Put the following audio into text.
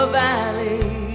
valley